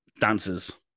dancers